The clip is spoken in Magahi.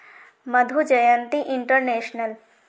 मधु जयंती इंटरनेशनल